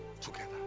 together